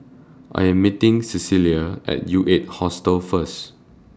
I Am meeting Celia At U eight Hostel First